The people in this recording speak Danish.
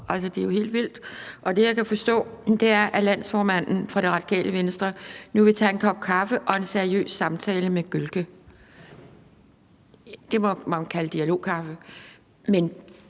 det er jo helt vildt. Det, jeg kan forstå, er, at landsformanden for Radikale Venstre nu vil tage en kop kaffe og en seriøs samtale med Gökce. Det må man kalde dialogkaffe.